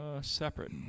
separate